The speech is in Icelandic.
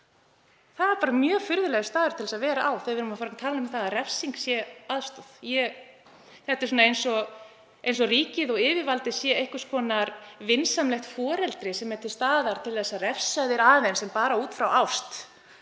Það er mjög furðulegur staður til að vera á þegar við erum að fara að tala um að refsing sé aðstoð. Það er eins og ríkið og yfirvaldið sé einhvers konar vinsamlegt foreldri sem er til staðar til að refsa okkur aðeins en bara út af ást.